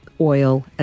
oil